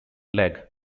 leg